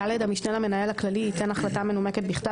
(ד)המשנה למנהל הכללי ייתן החלטה מנומקת בכתב